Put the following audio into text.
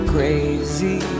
Crazy